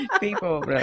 people